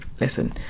Listen